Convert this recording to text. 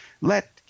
let